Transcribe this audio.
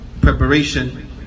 preparation